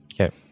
okay